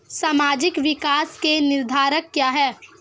सामाजिक विकास के निर्धारक क्या है?